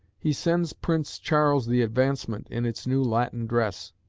he sends prince charles the advancement in its new latin dress.